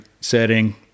setting